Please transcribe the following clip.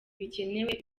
bikenewe